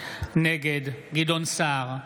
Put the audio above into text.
נגד גדעון סער,